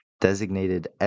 designated